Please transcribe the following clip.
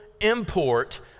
import